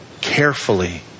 carefully